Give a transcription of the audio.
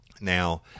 Now